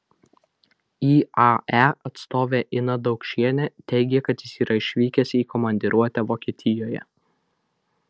iae atstovė ina daukšienė teigė kad jis yra išvykęs į komandiruotę vokietijoje